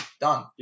Done